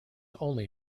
only